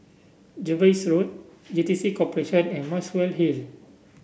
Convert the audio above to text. Jervois Road J T C Corporation and Muswell Hill